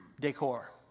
decor